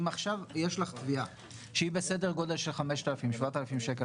אם עכשיו יש לך תביעה שהיא בסדר גודל של 7,000-5,000 שקל,